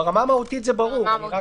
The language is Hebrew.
ברמה המהותית זה ברור.